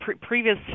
previous